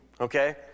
Okay